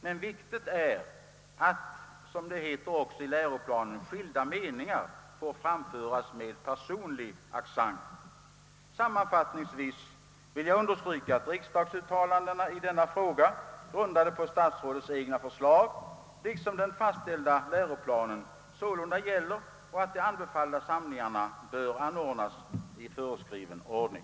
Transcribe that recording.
Men viktigt är att, som det också heter i läroplanen, skilda meningar får framföras med personlig accent. Sammanfattningsvis vill jag understryka, att riksdagsuttalandena i denna fråga, grundade på statsrådets egna förslag, liksom den fastställda läroplanen sålunda gäller och att de anbefallda samlingarna bör anordnas i föreskriven ordning.